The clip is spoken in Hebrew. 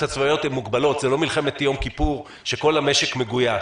ואני בקטע